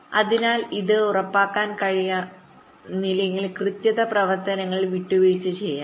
അതിനാൽ ഇത് ഉറപ്പാക്കാൻ കഴിയുന്നില്ലെങ്കിൽ കൃത്യത പ്രവർത്തനങ്ങളിൽ വിട്ടുവീഴ്ച ചെയ്യാം